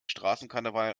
straßenkarneval